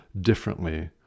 differently